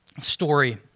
story